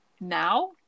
now